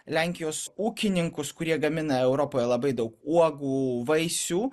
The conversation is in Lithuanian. lenkijos ūkininkus kurie gamina europoje labai daug uogų vaisių